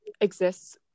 exists